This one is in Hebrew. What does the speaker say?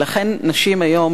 ולכן נשים היום,